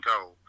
goal